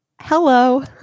Hello